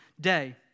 day